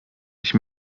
ich